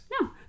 No